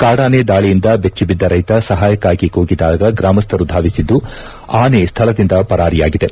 ಕಾಡಾನೆ ದಾಳಿಯಿಂದ ಬೆಚ್ಚಿ ಬಿದ್ದ ರೈತ ಸಹಾಯಕ್ಕಾಗಿ ಕೂಗಿದಾಗ ಗ್ರಾಮಸ್ಥರು ಧಾವಿಸಿದ್ದು ಆನೆ ಸ್ಥಳದಿಂದ ಪರಾರಿಯಾಗಿದೆ